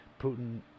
Putin